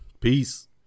Peace